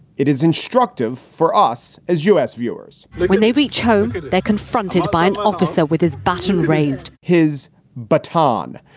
it is instructive for us as u s. viewers look when they reach home, they are confronted by an officer with his baton, raised his baton.